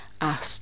asked